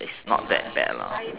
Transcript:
it's not that bad lah